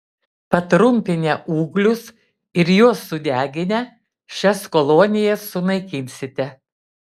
patrumpinę ūglius ir juos sudeginę šias kolonijas sunaikinsite